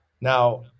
Now